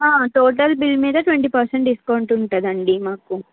total bill మీద twenty percent discount ఉంటుందండి మాకు